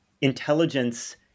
intelligence